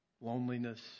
loneliness